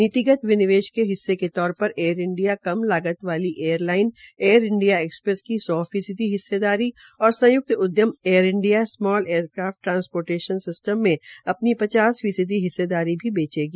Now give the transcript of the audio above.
नीतिगत निनिवेश के हिस्से के तौर पर एयर इंडिया के हिस्से के तौर पर एयर इंडिया एक्सप्रेस की सौ फीसदी हिस्सेदारी और संय्क्त उद्यम Air India Small Aircraft Transportation System में अपनी पचास फीसदी हिस्सेदारी भी बेचेगी